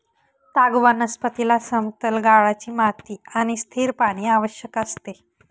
ताग वनस्पतीला समतल गाळाची माती आणि स्थिर पाणी आवश्यक असते